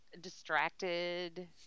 distracted